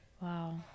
Wow